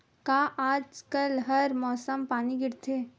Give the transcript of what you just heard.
का आज कल हर मौसम पानी गिरथे?